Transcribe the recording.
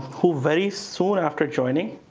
who, very soon after joining,